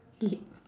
skip